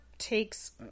takes